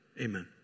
amen